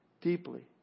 deeply